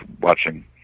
watching